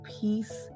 peace